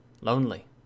Lonely